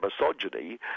misogyny